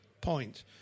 point